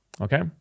Okay